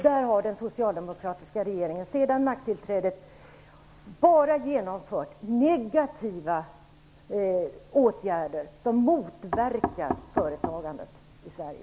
Där har den socialdemokratiska regeringen sedan makttillträdet bara genomfört negativa åtgärder som motverkar företagandet i Sverige.